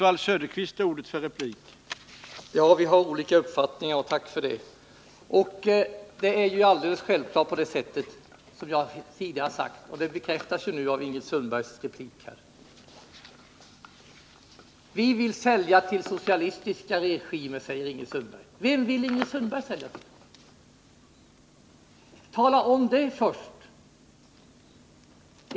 Herr talman! Vi har olika uppfattningar, och tack för det. Det som jag har sagt är självfallet riktigt, och det bekräftar Ingrid Sundbergs replik nu. Vpk vill sälja till socialistiska regimer, säger Ingrid Sundberg. Vem vill Ingrid Sundberg sälja till? Tala om det först!